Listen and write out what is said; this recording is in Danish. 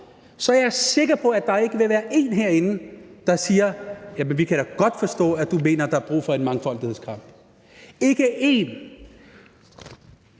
så er jeg sikker på, at der ikke vil være én herinde, der siger: Jamen vi kan da ikke forstå, at du mener, at der er brug for en mangfoldighedskamp. Ikke én!